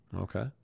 Okay